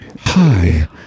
hi